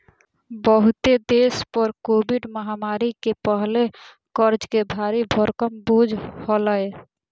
बहुते देश पर कोविड महामारी के पहले कर्ज के भारी भरकम बोझ हलय